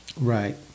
Right